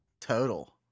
Total